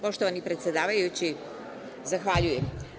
Poštovani predsedavajući, zahvaljujem.